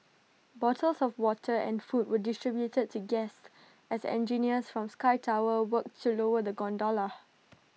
bottles of water and food were distributed to guests as engineers from sky tower worked to lower the gondola